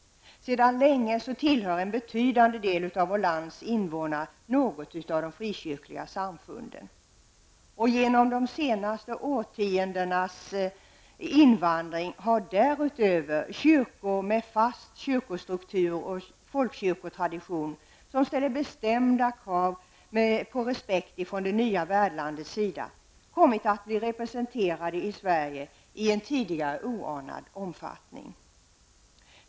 Sedan länge tillhör en betydande del av vårt lands invånare något av de frikyrkliga samfunden. Genom de senaste årtiondenas invandring har därutöver kyrkor med fast kyrkostruktur och folkkyrkotradition, som ställer bestämda krav på respekt från det nya värdlandets sida, kommit att bli representerade i Sverige i en tidigare oanad omfattning.